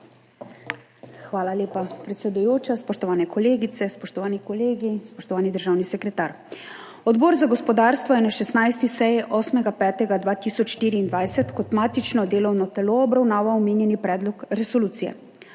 Hvala lepa, predsedujoča. Spoštovane kolegice, spoštovani kolegi, spoštovani državni sekretar! Odbor za gospodarstvo je na 16. seji 8. 5. 2024 kot matično delovno telo obravnaval omenjeni predlog resolucije.